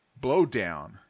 blowdown